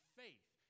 faith